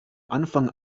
anfang